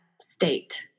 state